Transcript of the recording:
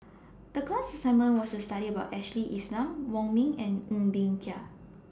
The class assignment was to study about Ashley Isham Wong Ming and Ng Bee Kia